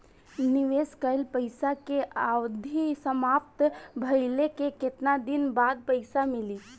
निवेश कइल पइसा के अवधि समाप्त भइले के केतना दिन बाद पइसा मिली?